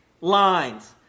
lines